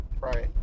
Right